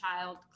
child